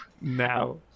now